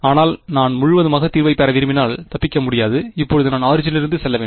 ஆனால் நான் முழுமையான தீர்வைப் பெற விரும்பினால் தப்பிக்க முடியாது இப்போது நான் ஆரிஜினிலிருந்து செல்ல வேண்டும்